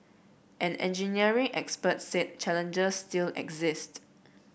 an engineering expert said challengers still exist